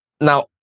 Now